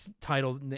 titles